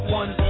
one